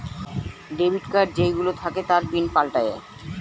debit card যেই গুলো থাকে তার পিন পাল্টায়ে